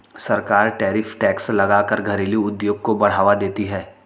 सरकार tariff tax लगा कर घरेलु उद्योग को बढ़ावा देती है